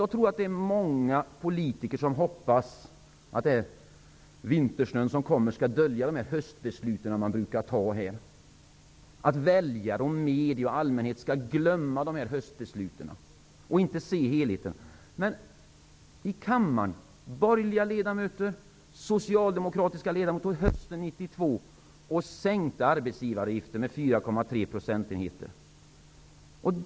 Jag tror att många politiker hoppas att den vintersnö som kommer skall dölja de höstbeslut man brukar fatta och att väljare, medier och allmänhet skall glömma dem och inte se helheten. Kammarens borgerliga och socialdemokratiska ledamöter sänkte hösten 1992 arbetsgivaravgiften med 4,3 procentenheter.